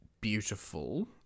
beautiful